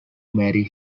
marry